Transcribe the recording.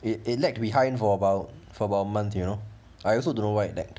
it a lag behind for about for about a month you know I also don't know why it lagged